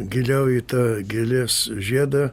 giliau į tą gėlės žiedą